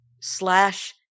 slash